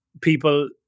people